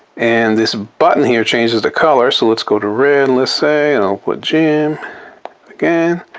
and this button here changes the color so let's go to red, let's say, and i'll put jim again.